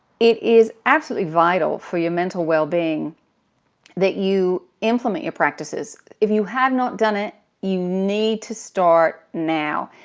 it is absolutely vital for your mental well-being that you implement your practices. if you have not done it you need to start now.